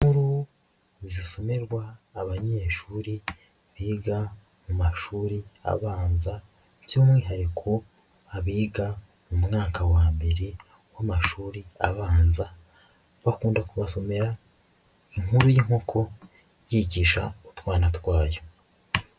Inkuru zisomerwa abanyeshuri biga mu mashuri abanza by'umwihariko abiga mu mwaka wa mbere w'amashuri abanza bakunda kubasomera inkuru y'inkoko yigisha utwana twayo.